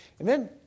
Amen